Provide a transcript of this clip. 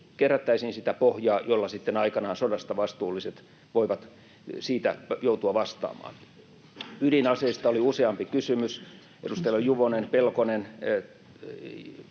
kerättäisiin sitä pohjaa, jolla sitten aikanaan sodasta vastuulliset voivat siitä joutua vastaamaan. Ydinaseista oli useampi kysymys, edustajilla Juvonen ja Pelkonen: